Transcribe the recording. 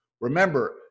Remember